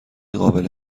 قابل